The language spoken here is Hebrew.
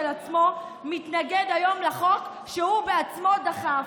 עצמו מתנגד היום לחוק שהוא בעצמו דחף.